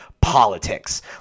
politics